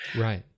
Right